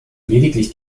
lediglich